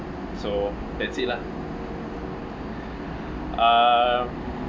so that's it lah uh